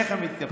איך הן מתנפצות?